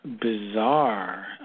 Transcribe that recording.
bizarre